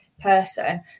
person